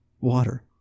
Water